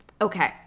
Okay